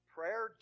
Prayer